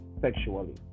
sexually